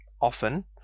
often